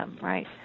right